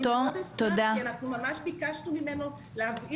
שבמקומות שונים הצורך הרבה יותר גדול ואז צריך להתחיל